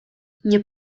nie